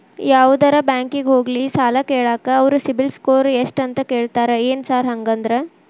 ಯಾವದರಾ ಬ್ಯಾಂಕಿಗೆ ಹೋಗ್ಲಿ ಸಾಲ ಕೇಳಾಕ ಅವ್ರ್ ಸಿಬಿಲ್ ಸ್ಕೋರ್ ಎಷ್ಟ ಅಂತಾ ಕೇಳ್ತಾರ ಏನ್ ಸಾರ್ ಹಂಗಂದ್ರ?